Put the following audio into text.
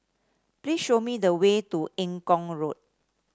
please show me the way to Eng Kong Road